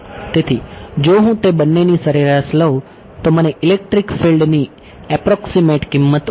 તેથી જો હું તે બંનેની સરેરાશ લઉં તો મને ઇલેક્ટ્રીક ફિલ્ડ ની એપ્રોક્સીમેટ કિંમત મળશે